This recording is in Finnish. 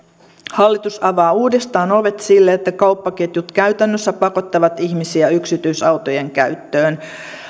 hallitus avaa uudestaan ovet sille että kauppaketjut käytännössä pakottavat ihmisiä yksityisautojen käyttöön